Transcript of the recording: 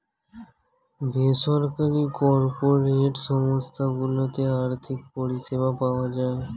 বেসরকারি কর্পোরেট সংস্থা গুলোতে আর্থিক পরিষেবা পাওয়া যায়